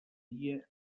dia